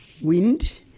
wind